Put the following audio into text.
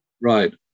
Right